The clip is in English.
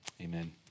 Amen